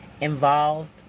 involved